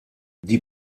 die